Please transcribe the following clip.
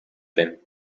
him